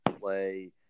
play